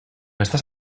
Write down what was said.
estás